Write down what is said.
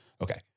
Okay